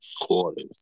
quarters